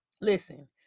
Listen